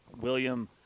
William